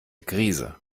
krise